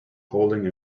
holding